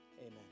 amen